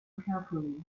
carefully